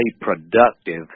productive